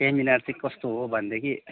seminar चाहिँ कस्तो हो भनेदेखि